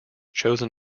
chosen